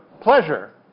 pleasure